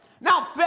Now